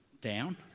down